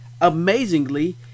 Amazingly